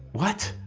what?